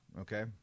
Okay